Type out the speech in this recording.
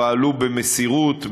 פעלו במסירות,